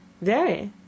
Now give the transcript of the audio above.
Very